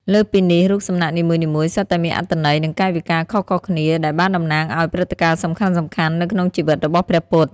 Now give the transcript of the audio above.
លើសពីនេះ រូបសំណាកនីមួយៗសុទ្ធតែមានអត្ថន័យ និងកាយវិការខុសៗគ្នាដែលបានតំណាងឱ្យព្រឹត្តិការណ៍សំខាន់ៗនៅក្នុងជីវិតរបស់ព្រះពុទ្ធ។